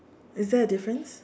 is there a difference